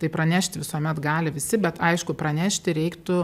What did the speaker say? tai pranešti visuomet gali visi bet aišku pranešti reiktų